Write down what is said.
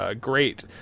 Great